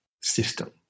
system